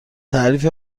تعریف